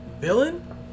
villain